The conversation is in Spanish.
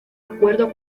acuerdo